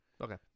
Okay